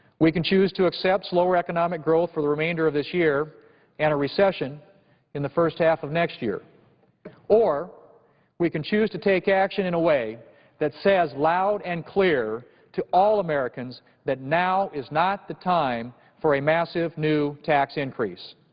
we can choose to accept slower economic growth for the remainder of this year and a recession in the first half of next year or we can choose to take action in a way that says loud and clear to all americans that now is not the time for a massive new tax increase.